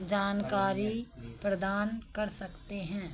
जानकारी प्रदान कर सकते हैं